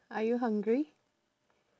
are you hungry